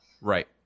right